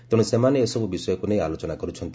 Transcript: ତେଣୁ ସେମାନେ ଏସବୁ ବିଷୟକୁ ନେଇ ଆଲୋଚନା କରୁଛନ୍ତି